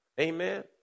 Amen